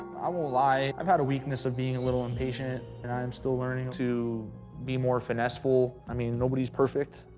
i won't lie, i've had a weakness of being a little impatient, and i am still learning to be more finessful, i mean, nobody's perfect.